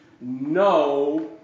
no